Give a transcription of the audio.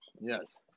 Yes